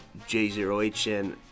J0HN